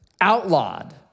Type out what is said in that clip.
outlawed